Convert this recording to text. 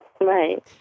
Right